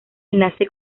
enlace